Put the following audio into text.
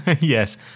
Yes